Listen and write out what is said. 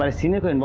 and senior. but and